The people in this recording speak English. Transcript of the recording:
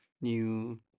new